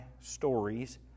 stories